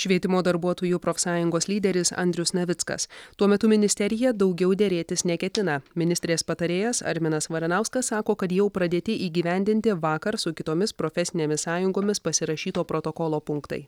švietimo darbuotojų profsąjungos lyderis andrius navickas tuo metu ministerija daugiau derėtis neketina ministrės patarėjas arminas varanauskas sako kad jau pradėti įgyvendinti vakar su kitomis profesinėmis sąjungomis pasirašyto protokolo punktai